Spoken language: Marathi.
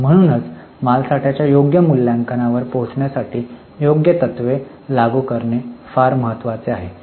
म्हणूनच मालसाठ्याच्या योग्य मूल्यांकनावर पोहोचण्यासाठी योग्य तत्त्वे लागू करणे फार महत्वाचे आहे